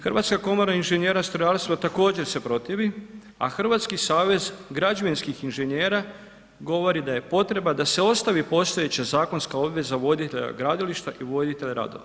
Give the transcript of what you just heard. Hrvatska komora inženjera strojarstva također se protivi a Hrvatski savez građevinskih inženjera govori da je potreba da se ostavi postojeća zakonska obveza voditelja gradilišta i voditelja radova.